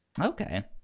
Okay